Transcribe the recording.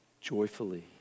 joyfully